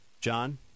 John